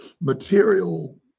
material